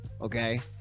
okay